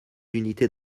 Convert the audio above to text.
unités